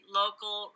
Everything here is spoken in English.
local